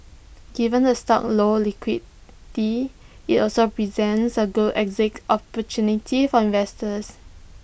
given the stock low liquidity IT also presents A good exit opportunity for investors